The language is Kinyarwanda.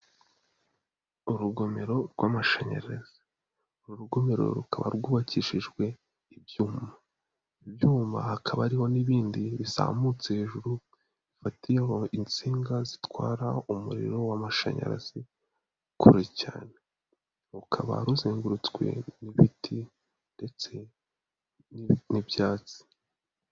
Urugomero rw'amashanyarazi, uru rugomero rukaba rwubakishijwe ibyuma, ibyuma hakaba ariho n'ibindi bizamutse hejuru bifatiraho insinga zitwara umuriro w'amashanyarazi kure cyane, rukaba ruzengurutswe n'ibiti ndetse n'ibyatsi.